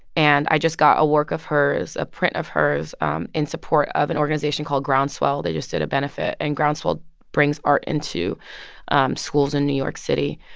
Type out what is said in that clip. and i just got a work of hers a print of hers um in support of an organization called groundswell. they just did a benefit. and groundswell brings art into schools in new york city.